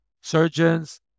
surgeons